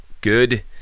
good